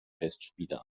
festspiele